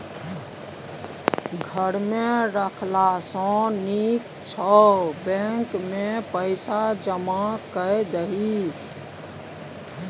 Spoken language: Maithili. घर मे राखला सँ नीक छौ बैंकेमे पैसा जमा कए दही